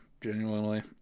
Genuinely